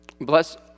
bless